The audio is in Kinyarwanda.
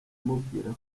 mubwira